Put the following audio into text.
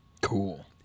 Cool